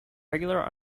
regular